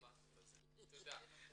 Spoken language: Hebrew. תודה.